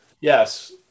Yes